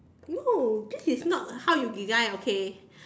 no this is not how you design okay